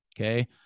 Okay